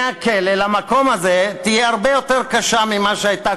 מהכלא למקום הזה תהיה הרבה יותר קשה ממה שהייתה